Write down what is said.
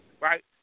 right